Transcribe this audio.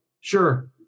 sure